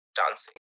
dancing